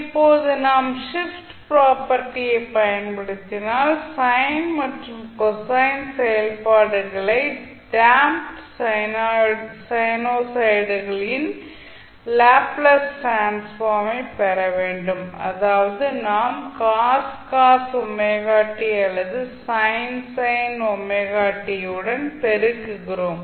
இப்போது நாம் shift property யை பயன்படுத்தினால் சைன் மற்றும் கொசைன் செயல்பாடுகளை டேம்ப்ட் சைனாய்டுகளின் லேப்ளேஸ் டிரான்ஸ்ஃபார்ம் ஐ பெற வேண்டும் அதாவது நாம் அல்லது உடன் ஐ பெருக்குகிறோம்